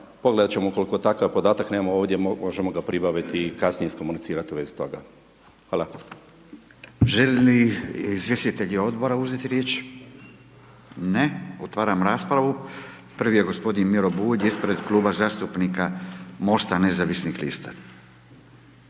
pogledati ćemo, ukoliko takav podatak nemamo ovdje, možemo ga pribaviti i kasnije iskomunicirali u vezi toga. Hvala. **Radin, Furio (Nezavisni)** Želi li izvjestitelji odbora uzeti riječ? Ne. Otvaram raspravu, prvi je g. Miro Bulj, ispred Kluba zastupnika Mosta nezavisnih lista.